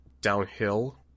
downhill